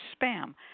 spam